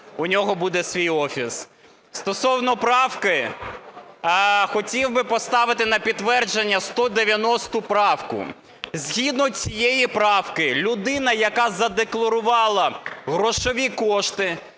У нього буде свій офіс. Стосовно правки. Хотів би поставити на підтвердження 190 правку. Згідно цієї правки, людина, яка задекларувала грошові кошти